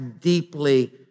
deeply